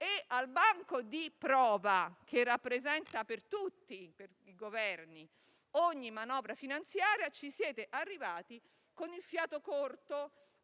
E al banco di prova che rappresenta per tutti i Governi ogni manovra finanziaria, ci siete arrivati con il fiato corto,